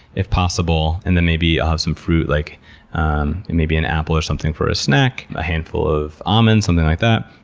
if possible. and then maybe i'll have some fruit, like um and an apple or something for a snack. a handful of almonds, something like that.